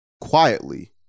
Quietly